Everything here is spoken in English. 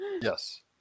Yes